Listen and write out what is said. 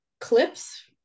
Clips